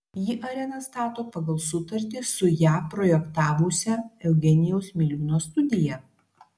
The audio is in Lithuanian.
ji areną stato pagal sutartį su ją projektavusia eugenijaus miliūno studija